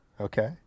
Okay